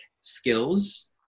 skills